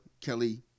Kelly